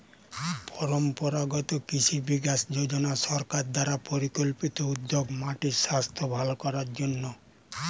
পরম্পরাগত কৃষি বিকাশ যোজনা সরকার দ্বারা পরিকল্পিত উদ্যোগ মাটির স্বাস্থ্য ভাল করার জন্যে